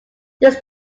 this